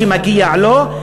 שמגיע לו,